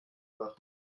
machen